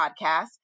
podcast